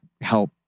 help